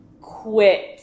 Quit